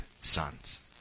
sons